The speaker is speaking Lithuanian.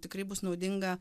tikrai bus naudinga